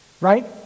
Right